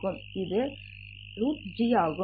இது ஆகும்